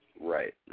Right